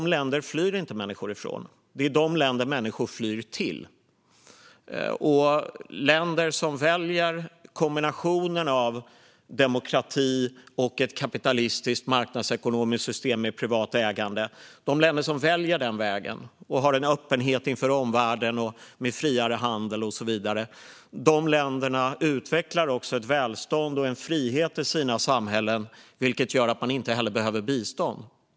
Det är de länderna människor flyr till. Länder som väljer kombinationen av demokrati och ett kapitalistiskt, marknadsekonomiskt system med privat ägande, som har en öppenhet inför omvärlden med friare handel och så vidare utvecklar ett välstånd och en frihet i sina samhällen. Det gör att man inte behöver bistånd.